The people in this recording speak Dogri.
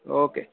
ओ के